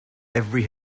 every